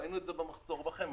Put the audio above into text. ראינו את זה במחסור בחמאה.